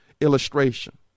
illustration